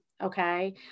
okay